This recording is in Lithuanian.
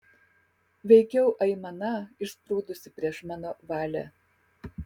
veikiau aimana išsprūdusi prieš mano valią